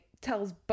tells